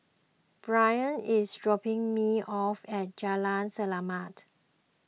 Brynn is dropping me off at Jalan Selamat